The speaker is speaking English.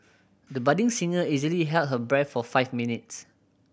the budding singer easily held her breath for five minutes